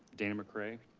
dayna mcrae.